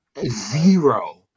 Zero